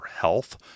health